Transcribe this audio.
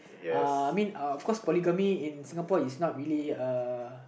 uh I mean uh of course polygamy in Singapore is not really a